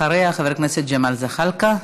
אחריה, חבר הכנסת ג'מאל זחאלקה.